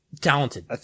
Talented